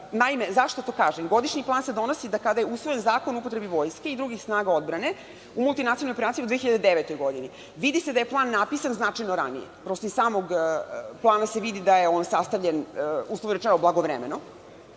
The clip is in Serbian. Zašto to kažem? Godišnji plan se donosi kada je usvojen Zakon o upotrebi vojske i drugih snaga odbrane u multinacionalnim operacijama u 2009. godini. Vidi se da je plan napisan značajno ranije, iz samog plana se vidi da je on sastavljen, uslovno rečeno, blagovremeno